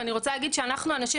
ואני רוצה להגיד שאנחנו הנשים,